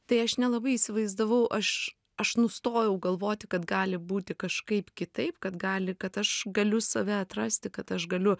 tai aš nelabai įsivaizdavau aš aš nustojau galvoti kad gali būti kažkaip kitaip kad gali kad aš galiu save atrasti kad aš galiu